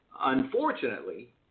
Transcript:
Unfortunately